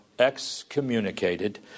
excommunicated